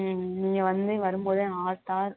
ம் நீங்கள் வந்து வரும்போதே ஆதார்